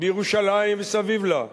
בירושלים סביב לה.